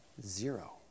zero